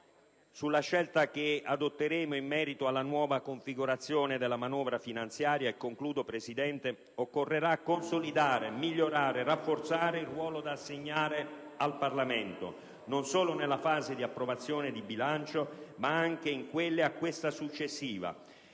sulla scelta che adotteremo in merito alla nuova configurazione della manovra finanziaria, occorrerà comunque consolidare, migliorare e rafforzare il ruolo da assegnare al Parlamento, non solo nella fase di approvazione del bilancio, ma anche in quelle a questa successiva,